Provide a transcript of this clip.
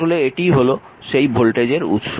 আসলে এটিই হল সেই ভোল্টেজের উৎস